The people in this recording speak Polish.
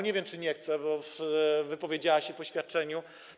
Nie wiem, czy nie chce, bo wypowiedziała się w oświadczeniu.